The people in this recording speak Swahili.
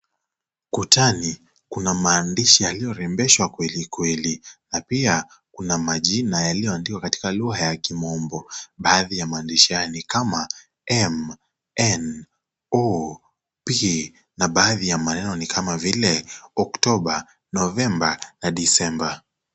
Kutani kuna maandishi yaliyorembeshwa kwelikweli na pia kuna majina yaliyoandikwa katika lugha ya kimombo baadhi ya maandishi haya ni kama m, n ,o ,p na baadhi ya maneno ni kaama vile october, november na december .